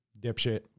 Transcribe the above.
dipshit